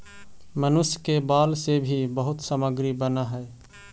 मनुष्य के बाल से भी बहुत सामग्री बनऽ हई